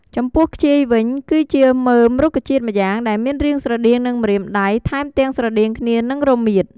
ចំពោះខ្ជាយវិញ គឺជាមើមរុក្ខជាតិម្យ៉ាងដែលមានរាងស្រដៀងនឹងម្រាមដៃ ថែមទាំងស្រដៀងគ្នានឹងរមៀត។